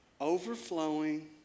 Overflowing